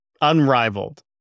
unrivaled